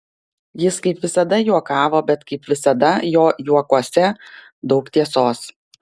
jis kaip visada juokavo bet kaip visada jo juokuose daug tiesos